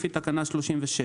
לפי תקנה 36,